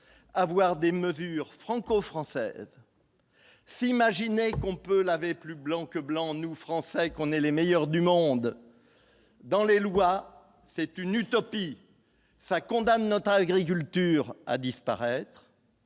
avoir des mesures franco-françaises s'imaginait qu'on peut laver plus blanc que blanc, nous Français, qu'on est les meilleurs du monde dans les lois, c'est une utopie ça condamne notre agriculture à disparaître,